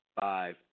five